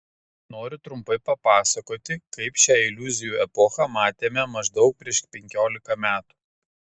noriu trumpai papasakoti kaip šią iliuzijų epochą matėme maždaug prieš penkiolika metų